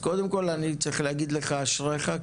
אז קודם כל אני צריך להגיד לך אשריך,